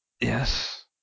Yes